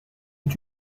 est